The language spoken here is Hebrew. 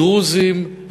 דרוזים,